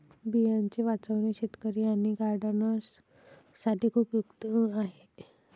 बियांचे वाचवणे शेतकरी आणि गार्डनर्स साठी खूप उपयुक्त आहे